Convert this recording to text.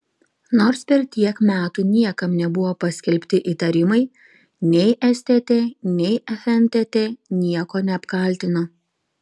nors per tiek metų niekam nebuvo paskelbti įtarimai nei stt nei fntt nieko neapkaltino